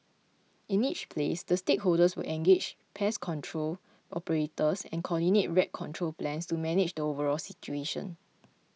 in each place the stakeholders will engage pest control operators and coordinate rat control plans to manage the overall situation